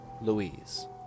Louise